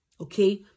okay